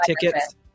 tickets